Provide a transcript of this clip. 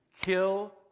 kill